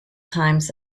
times